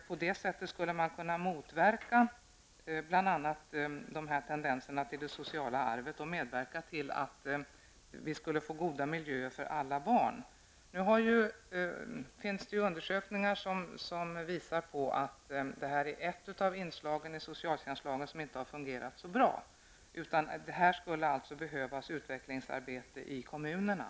På det sättet skulle man kunna motverka bl.a. tendenserna till en utveckling av ett socialt arv och medverka till att ge goda miljöer till alla barn. Det finns nu undersökningar som visar att detta är ett av de inslag i socialtjänstlagen som inte har fungerat så bra. Det skulle alltså behövas ett utvecklingsarbete i kommunerna.